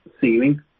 ceiling